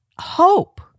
hope